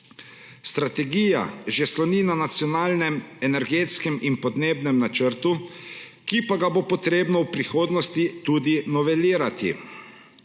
Strategija že sloni na Nacionalnem energetskem in podnebnem načrtu, ki pa ga bo potrebno v prihodnosti tudi novelirati.